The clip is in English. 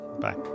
Bye